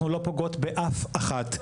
אנחנו לא פוגעות באף אחת,